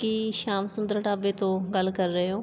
ਕੀ ਸ਼ਾਮ ਸੁੰਦਰ ਢਾਬੇ ਤੋਂ ਗੱਲ ਕਰ ਰਹੇ ਹੋ